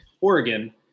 Oregon